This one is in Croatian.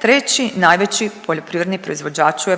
treći najveći poljoprivredni proizvođač u EU.